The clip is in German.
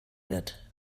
wird